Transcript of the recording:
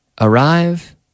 Arrive